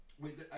Wait